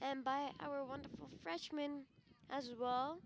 and by our wonderful freshman as well